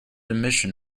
emission